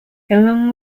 along